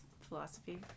philosophy